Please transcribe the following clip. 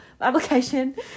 application